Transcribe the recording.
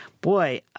boy